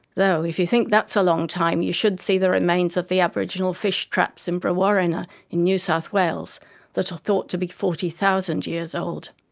though if you think that's a long time ago you should see the remains of the aboriginal fish traps in brewarrina in new south wales that are thought to be forty thousand years old.